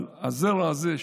אבל הזרע הזה,